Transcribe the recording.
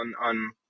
on